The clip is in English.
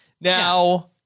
Now